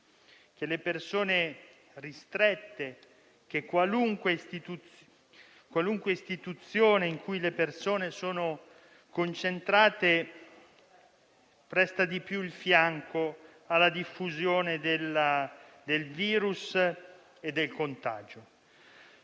chiaro a tutti che qualunque istituzione in cui le persone sono concentrate presta di più il fianco alla diffusione del *virus* e del contagio.